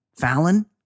Fallon